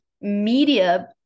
media